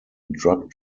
drug